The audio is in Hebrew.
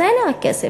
אז הנה הכסף.